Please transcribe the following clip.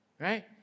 right